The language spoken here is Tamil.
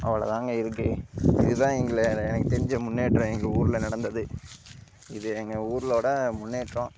அவ்வளோ தாங்க இருக்குது இதுதான் எங்கள் எனக்கு தெரிஞ்ச முன்னேற்றம் எங்கள் ஊரில் நடந்தது இது எங்கள் ஊர்ளோடய முன்னேற்றம்